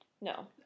No